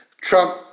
Trump